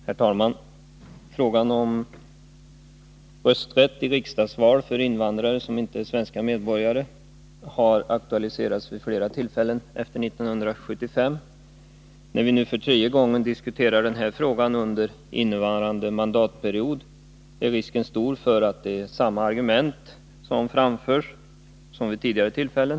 Herr talman! Frågan om rösträtt i riksdagsval för invandrare som inte är svenska medborgare har aktualiserats vid flera tillfällen efter 1975. När vi nu diskuterar denna fråga för tredje gången under innevarande mandatperiod är risken stor för att det är samma argument som framförs som vid tidigare tillfällen.